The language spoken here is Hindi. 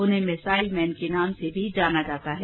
उन्हें मिसाइल मैन के नाम से भी जाना जाता है